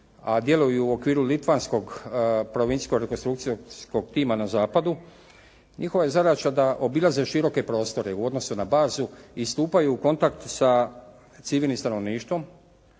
a djeluju u okviru litvanskog provincijsko rekonstrukcijskog tima na zapadu, njihova je zadaća da obilaze široke prostore u odnosu na bazu i stupaju u kontakt sa civilnim stanovništvom.